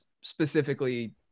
specifically